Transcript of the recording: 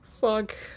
Fuck